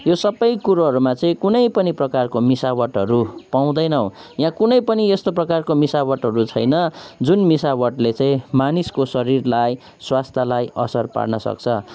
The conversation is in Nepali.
यो सबै कुरोहरूमा चाहिँ कुनै पनि प्रकारको मिसावटहरू पाउँदैनौँ यहाँ कुनै पनि यस्तो प्रकारको मिसावटहरू छैन जुन मिसावटले चाहिँ मानिसको शरीरलाई स्वास्थ्यलाई असर पार्न सक्छ